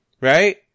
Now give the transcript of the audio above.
right